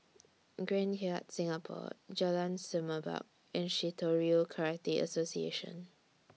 Grand Hyatt Singapore Jalan Semerbak and Shitoryu Karate Association